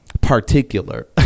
particular